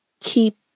keep